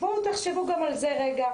בואו תחשבו גם על זה רגע.